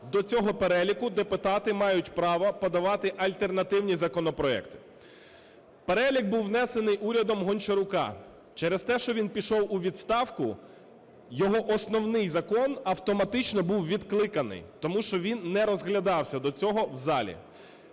До цього переліку депутати мають право подавати альтернативні законопроекти. Перелік був внесений урядом Гончарука. Через те, що він пішов у відставку, його основний закон автоматично був відкликаний, тому що він не розглядався до цього в залі.